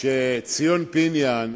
מכיוון שציון פיניאן